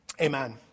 Amen